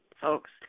folks